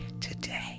today